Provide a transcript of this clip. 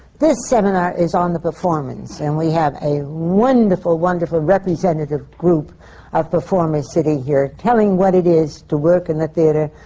this seminar is on the performance, and we have a wonderful, wonderful representative group of performers sitting here, telling what it is to work in the theatre,